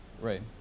Right